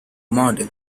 model